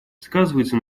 сказывается